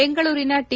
ಬೆಂಗಳೂರಿನ ಟಿ